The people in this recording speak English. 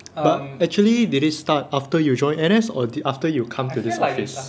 but actually did it start after you join N_S or did after you come to this office